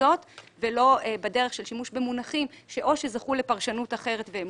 זו ולא בדרך של שימוש במונחים שזכו לפרשנות אחרת והם